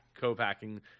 co-packing